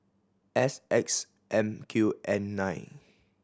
S X M Q N nine